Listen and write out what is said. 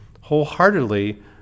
wholeheartedly